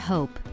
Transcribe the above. Hope